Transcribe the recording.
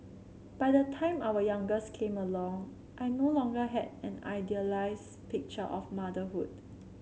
by the time our youngest came along I no longer had an idealised picture of motherhood